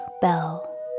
Bell